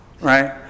right